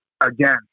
Again